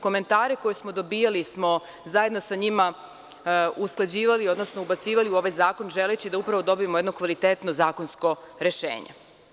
Komentare koje smo dobija smo zajedno sa njima usklađivali, odnosno ubacivali u ovaj zakon želeći da upravo dobijemo jedno kvalitetno zakonskom rešenje.